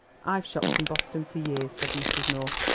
i've shopped in boston for years, said mrs. north,